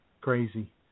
crazy